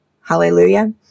Hallelujah